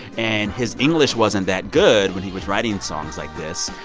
and his english wasn't that good when he was writing songs like this.